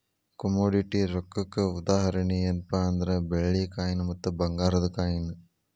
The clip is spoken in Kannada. ಕೊಮೊಡಿಟಿ ರೊಕ್ಕಕ್ಕ ಉದಾಹರಣಿ ಯೆನ್ಪಾ ಅಂದ್ರ ಬೆಳ್ಳಿ ಕಾಯಿನ್ ಮತ್ತ ಭಂಗಾರದ್ ಕಾಯಿನ್